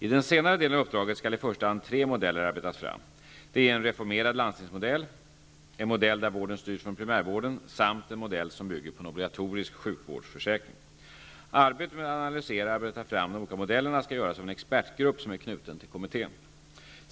I den senare delen av uppdraget skall i första hand tre modeller arbetas fram. Det är en reformerad landstingsmodell, en modell där vården styrs från primärvården samt en modell som bygger på en obligatorisk sjukvårdsförsäkring. Arbetet med att analysera och arbeta fram de olika modellerna skall göras av en expertgrupp som är knuten till kommittén.